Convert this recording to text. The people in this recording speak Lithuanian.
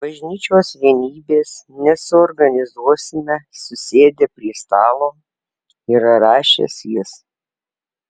bažnyčios vienybės nesuorganizuosime susėdę prie stalo yra rašęs jis